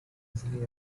easily